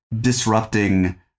disrupting